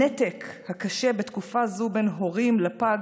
הנתק הקשה בתקופה זו בין הורים לפג